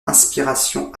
inspiration